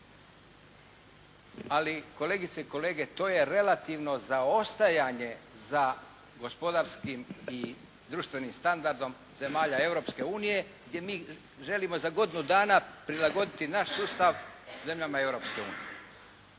Ali kolegice i kolege, to je relativno zaostajanje za gospodarskim i društvenim standardom zemalja Europske unije gdje mi želimo za godinu dana prilagoditi naš sustav zemljama